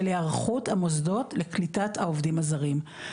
היערכות המוסדות לקליטת העובדים הזרים.